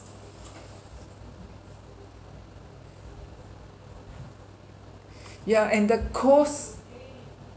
ya and the coast